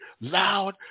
loud